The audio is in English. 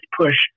push